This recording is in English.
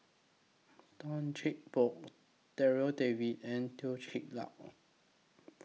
Tan Cheng Bock Darryl David and Teo Ser Luck